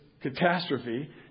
catastrophe